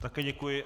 Také děkuji.